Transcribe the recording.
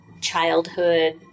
childhood